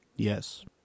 Yes